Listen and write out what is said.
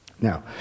Now